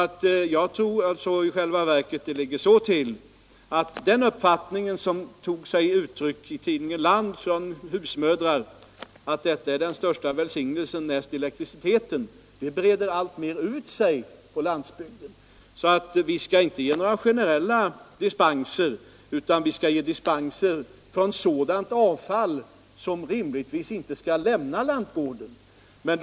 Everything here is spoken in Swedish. Jag tror i själva verket att den uppfattning från husmödrar som uttrycktes i tidningen Land att detta är den största välsignelsen näst elektriciteten alltmer breder ut sig på landsbygden. Vi skall inte ha generella dispenser, utan vi skall ha dispenser för sådant avfall som rimligtvis inte all lämna lantgårdarna.